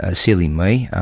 ah silly me,